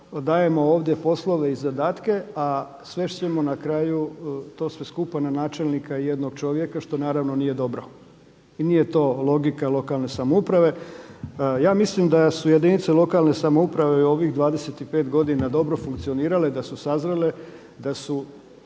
dajemo ovdje poslove i zadatke, a svest ćemo na kraju to sve skupa na načelnika i jednog čovjeka što naravno nije dobro. I nije to logika lokalne samouprave. Ja mislim da su jedinice lokalne samouprave i u ovih 25 godina dobro funkcionirale, da su sazrele, da su